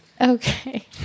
Okay